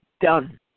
done